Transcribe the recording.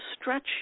stretch